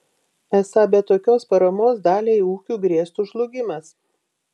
esą be tokios paramos daliai ūkių grėstų žlugimas